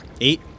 Eight